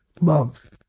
Love